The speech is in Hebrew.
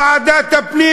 ועדת הפנים,